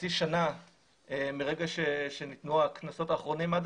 חצי שנה מרגע שניתנו הקנסות האחרונים עד